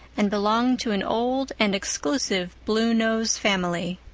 and belonged to an old and exclusive bluenose family.